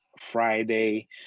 Friday